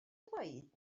dweud